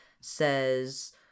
says